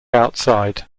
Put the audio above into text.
outside